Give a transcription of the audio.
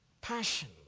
Passion